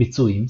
ביצועים,